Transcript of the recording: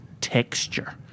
texture